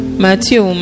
Matthew